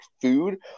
food